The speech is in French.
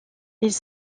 ils